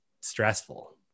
stressful